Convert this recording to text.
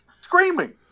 Screaming